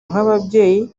nk’ababyeyi